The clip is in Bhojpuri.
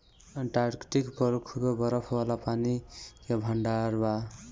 अंटार्कटिक पर खूबे बरफ वाला पानी के भंडार बा